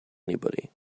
anybody